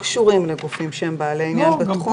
קשורים לגופים שהם בעלי עניין בתחום.